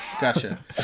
gotcha